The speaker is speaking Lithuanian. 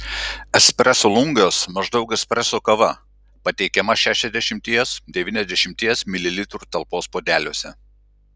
espreso lungas maždaug espreso kava pateikiama šešiasdešimties devyniasdešimties mililitrų talpos puodeliuose